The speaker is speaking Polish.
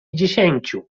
dziesięciu